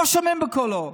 לא שומעים בקולו.